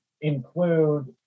include